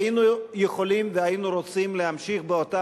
היינו יכולים והיינו רוצים להמשיך באותה